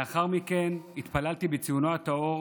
לאחר מכן התפללתי בציונו הטהור